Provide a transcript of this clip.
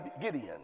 Gideon